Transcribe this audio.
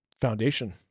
foundation